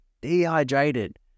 Dehydrated